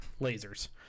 Lasers